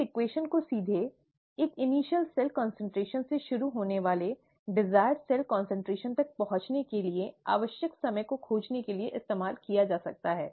इस समीकरण को सीधे एक निश्चित प्रारंभिक सेल कॉन्सन्ट्रेशन से शुरू होने वाले वांछित सेल कॉन्सन्ट्रेशन तक पहुंचने के लिए आवश्यक समय को खोजने के लिए इस्तेमाल किया जा सकता है